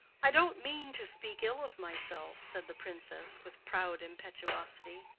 i don't mean to speak ill of myself, said the princess, with proud impetuosity,